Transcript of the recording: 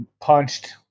punched